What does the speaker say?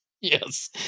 Yes